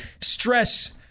stress